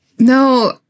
No